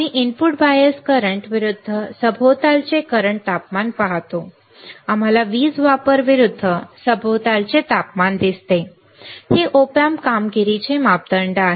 आम्ही input bias current विरूद्ध सभोवतालचे करंट तापमान पाहतो आम्हाला वीज वापर विरुद्ध सभोवतालचे तापमान दिसते हे ऑप एम्प कामगिरीचे मापदंड आहे